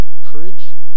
courage